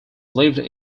lived